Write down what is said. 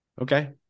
Okay